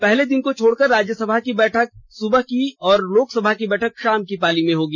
पहले दिन को छोड़कर राज्यसभा की बैठक सुबह की और लोकसभा की बैठक शाम की पाली में होगी